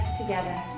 together